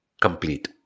complete